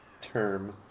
term